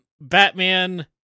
Batman